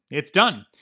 it's done.